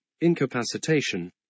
incapacitation